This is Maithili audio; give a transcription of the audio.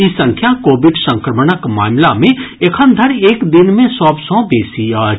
ई संख्या कोविड संक्रमणक मामिला मे एखन धरि एक दिन मे सभ सँ बेसी अछि